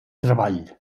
treball